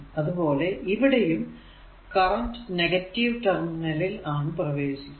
അതുപോലെ ഇവിടെയും current negative terminal ൽ ആണ് പ്രവേശിക്കുക